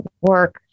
work